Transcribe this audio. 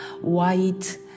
white